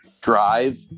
drive